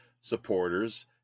supporters –